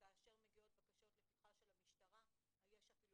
שכאשר מגיעות בקשות לפתחה של המשטרה יש אפילו